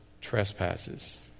trespasses